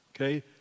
okay